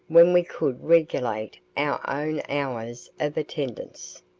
when we could regulate our own hours of attendance,